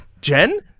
Jen